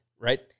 right